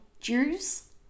Jews